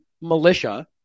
militia